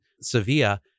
Sevilla